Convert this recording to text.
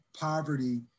poverty